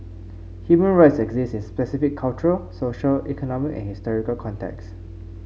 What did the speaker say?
human rights exist in specific cultural social economic and historical contexts